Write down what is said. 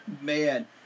man